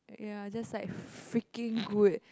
ya just like freaking good